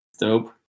Dope